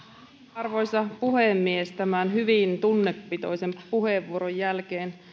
arvoisa puhemies tämän hyvin tunnepitoisen puheenvuoron jälkeen